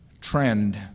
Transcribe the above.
trend